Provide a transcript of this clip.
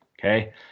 okay